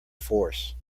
force